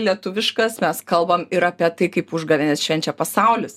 lietuviškas mes kalbam ir apie tai kaip užgavėnes švenčia pasaulis